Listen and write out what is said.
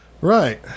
right